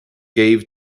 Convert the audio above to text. gave